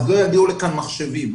לא יגיעו לכאן מחשבים.